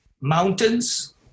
mountains